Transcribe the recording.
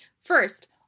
First